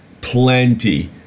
plenty